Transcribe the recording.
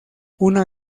una